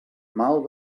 mal